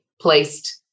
placed